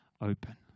open